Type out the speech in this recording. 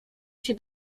się